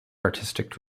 artistic